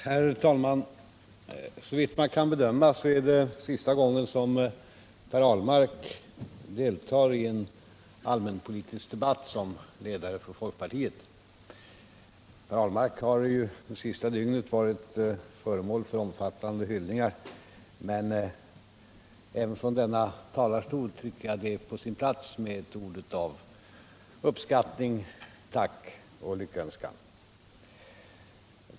Herr talman! Såvitt man kan bedöma är det sista gången som Per Ahlmark , deltar i en allmänpolitisk debatt som ledare för folkpartiet. Per Ahlmark har ju det senaste dygnet varit föremål för omfattande hyllningar, men jag tycker att det även från denna talarstol är på sin plats med några ord av uppskattning, tack och lyckönskan.